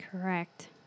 Correct